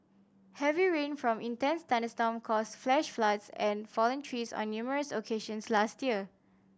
heavy rain from intense thunderstorm caused flash floods and fallen trees on numerous occasions last year